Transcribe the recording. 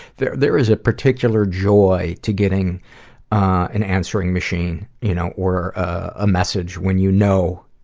there there is a particular joy to getting an answering machine, you know or a message when you know